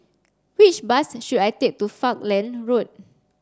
which bus should I take to Falkland Road